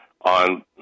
on